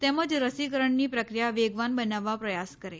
તેમજ રસીકરણની પ્રક્રિયા વેગવાન બનાવવા પ્રયાસ કરે